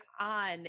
on